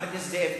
חבר הכנסת זאב,